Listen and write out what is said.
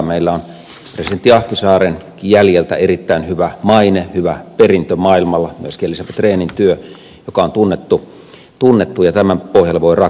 meillä on presidentti ahtisaaren jäljiltä erittäin hyvä maine hyvä perintö maailmalla on myöskin elisabeth rehnin työ joka on tunnettu ja tämän pohjalle voi rakentaa